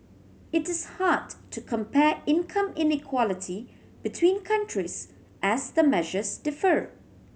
it is hard to compare income inequality between countries as the measures differ